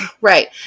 Right